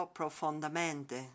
profondamente